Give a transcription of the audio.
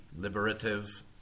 liberative